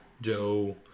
Joe